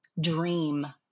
dream